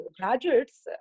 graduates